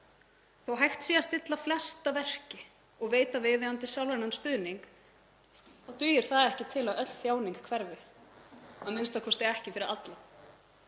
Þótt hægt sé að stilla flesta verki og veita viðeigandi sálrænan stuðning þá dugir það ekki til að öll þjáning hverfi, a.m.k. ekki fyrir alla.